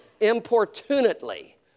importunately